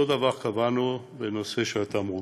אותו דבר קבענו בנושא של התמרוקים.